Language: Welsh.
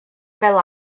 fel